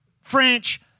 French